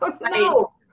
no